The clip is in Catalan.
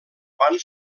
van